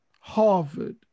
Harvard